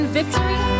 victory